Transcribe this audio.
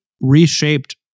reshaped